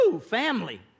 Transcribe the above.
family